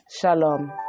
Shalom